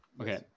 okay